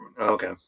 okay